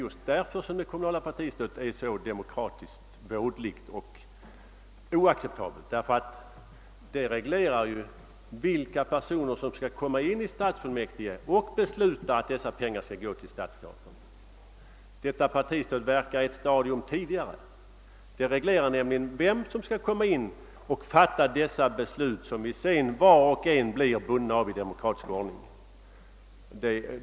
Just fördenskull är det kommunala partistödet så demokratiskt vådligt och oacceptabelt. Det reglerar nämligen vilka personer som skall komma in i stadsfullmäktige och där kunna besluta att pengar i detta fall skall gå till stadsteatern. Partistödet verkar alltså i ett stadium tidigare: det reglerar vilka som skall komma in i fullmäktigeförsamlingen och fatta de beslut som vi sedan alla blir bundna av i demokratisk ordning.